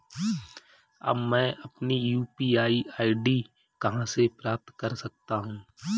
अब मैं अपनी यू.पी.आई आई.डी कहां से प्राप्त कर सकता हूं?